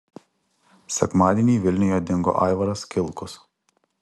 sekmadienį vilniuje dingo aivaras kilkus